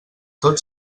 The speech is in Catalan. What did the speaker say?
tot